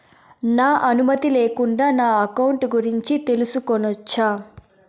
నా అనుమతి లేకుండా నా అకౌంట్ గురించి తెలుసుకొనొచ్చా?